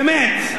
באמת?